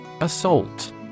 Assault